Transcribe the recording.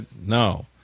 no